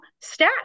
stats